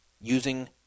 using